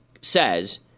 says